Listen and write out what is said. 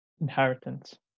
inheritance